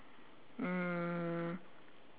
mm